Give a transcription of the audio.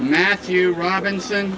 matthew robinson